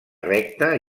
recta